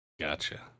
Gotcha